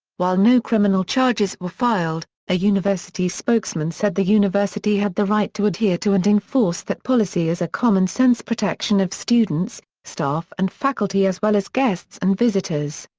while no criminal charges were filed, a university spokesman said the university had the right to adhere to and enforce that policy as a common-sense protection of students, staff and faculty as well as guests and visitors.